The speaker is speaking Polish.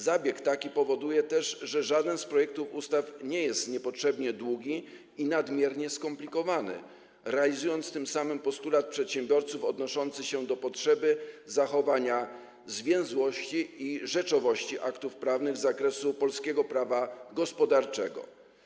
Zabieg taki powoduje też, że żaden z projektów ustaw nie jest niepotrzebnie długi i nadmiernie skomplikowany, co realizuje tym samym postulat przedsiębiorców odnoszący się do potrzeby zachowania zwięzłości i rzeczowości aktów prawnych z zakresu polskiego prawa gospodarczego.